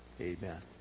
Amen